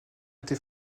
été